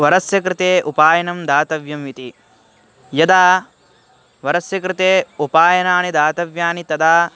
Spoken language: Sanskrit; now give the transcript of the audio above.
वरस्य कृते उपायनं दातव्यम् इति यदा वरस्य कृते उपायनानि दातव्यानि तदा